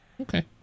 Okay